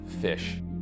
fish